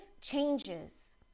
changes